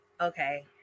Okay